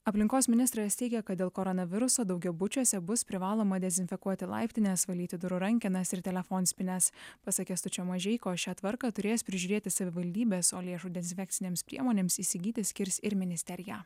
aplinkos ministras teigia kad dėl koronaviruso daugiabučiuose bus privaloma dezinfekuoti laiptines valyti durų rankenas ir telefonspynes pasak kęstučio mažeikos šią tvarką turės prižiūrėti savivaldybės o lėšų dezinfekcinėms priemonėms įsigyti skirs ir ministerija